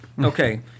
okay